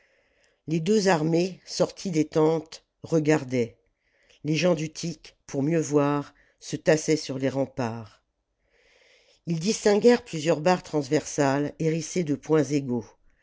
les deux armées sorties des tentes regardaient les gens d'utique pour mieux voir se tassaient sur tes remparts ils distinguèrent plusieurs barres transversales hérissées de points égaux